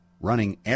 running